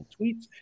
tweets